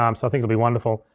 um so i think it'll be wonderful.